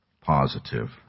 positive